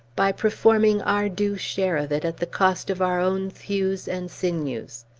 by performing our due share of it at the cost of our own thews and sinews.